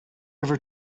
ever